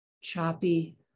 choppy